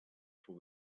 for